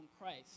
Christ